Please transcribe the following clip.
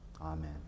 Amen